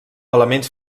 elements